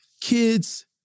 Kids